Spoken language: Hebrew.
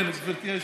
גברתי היושבת-ראש,